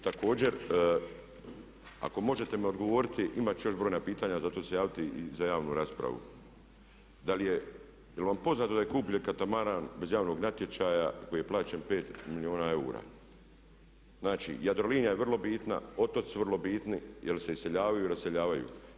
Također ako možete mi odgovoriti, imati ću još brojna pitanja zato ću se javiti i za javnu raspravu da li je, je li vam poznato da je Kup … iz javnog natječaja koji je plaćen 5 milijuna eura, znači Jadrolinija je vrlo bitna, otoci su vrlo bitni jer se iseljavaju i raseljavaju.